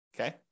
Okay